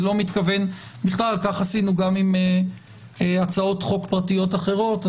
כך עשינו גם עם הצעות חוק פרטיות אחרות,